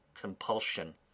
compulsion